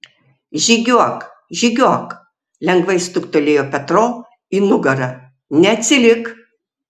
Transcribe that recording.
žygiuok žygiuok lengvai stuktelėjo petro į nugarą neatsilik